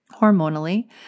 hormonally